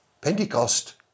Pentecost